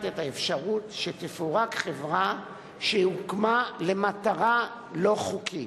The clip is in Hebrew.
את האפשרות שתפורק חברה שהוקמה למטרה לא חוקית,